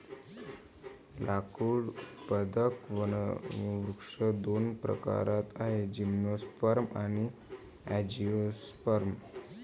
लाकूड उत्पादक वनवृक्ष दोन प्रकारात आहेतः जिम्नोस्पर्म आणि अँजिओस्पर्म